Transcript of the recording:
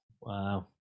Wow